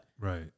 Right